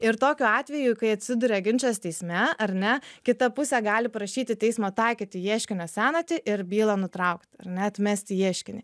ir tokiu atveju kai atsiduria ginčas teisme ar ne kita pusė gali prašyti teismo taikyti ieškinio senatį ir bylą nutraukti ar ne atmesti ieškinį